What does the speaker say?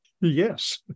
Yes